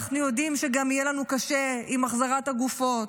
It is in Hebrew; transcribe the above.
אנחנו יודעים שגם יהיה לנו קשה עם החזרת הגופות.